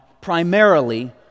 primarily